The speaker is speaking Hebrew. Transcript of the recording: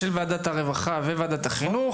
של וועדת הרווחה וועדת החינוך,